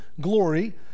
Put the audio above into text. glory